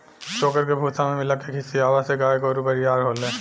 चोकर के भूसा में मिला के खिआवला से गाय गोरु बरियार होले